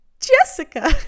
Jessica